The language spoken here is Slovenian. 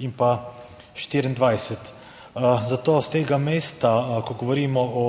in pa 2024. Zato s tega mesta, ko govorimo o